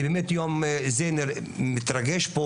אני באמת מתרגש פה,